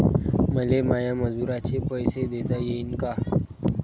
मले माया मजुराचे पैसे देता येईन का?